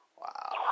Wow